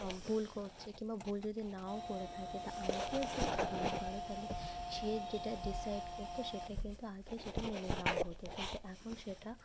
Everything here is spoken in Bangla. ভুল করছে কিংবা ভুল যদি নাও করে থাকে তা আম্পেয়ার যদি ভুল করে তাহলে সে যেটা ডিসাইড করতো সেটা কিন্তু আগে সেটা মেনে নেওয়া হতো কিন্তু এখন সেটা